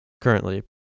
currently